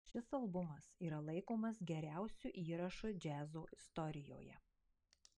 šis albumas yra laikomas geriausiu įrašu džiazo istorijoje